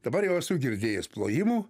dabar jau esu girdėjęs plojimų